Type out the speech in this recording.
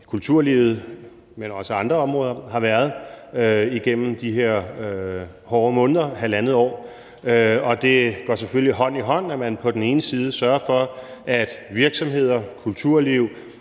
kulturlivet, men også på andre områder, har været igennem de her hårde måneder, altså i halvandet år. Det går selvfølgelig hånd i hånd, at man på den ene side sørger for, at virksomheder, kulturlivet,